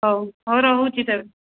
ହଉ ହଉ ରହୁଛି ତେବେ